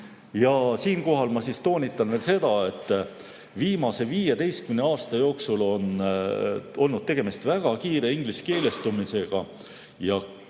Siinkohal ma toonitan veel seda, et viimase 15 aasta jooksul on olnud tegemist väga kiire ingliskeelestumisega ja